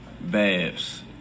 Babs